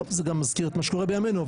זה גם מזכיר את מה שקורה בימינו,